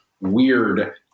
weird